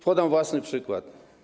Podam własny przykład.